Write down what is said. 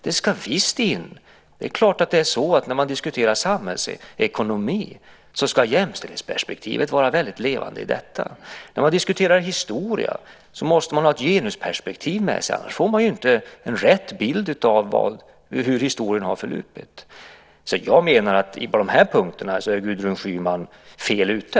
Det ska visst in. Det är klart att jämställdhetsperspektivet ska vara väldigt levande när man diskuterar samhällsekonomi. När man diskuterar historia måste man ha ett genusperspektiv med sig. Annars får man inte rätt bild av hur historien har förlupit. Jag menar att på de här punkterna är Gudrun Schyman fel ute.